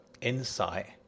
insight